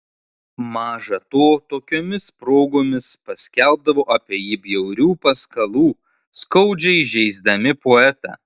maža to tokiomis progomis paskelbdavo apie jį bjaurių paskalų skaudžiai žeisdami poetą